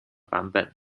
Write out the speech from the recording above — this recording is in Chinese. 版本